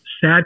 sad